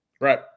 Right